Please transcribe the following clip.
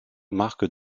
marques